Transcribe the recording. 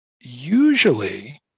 usually